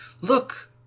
Look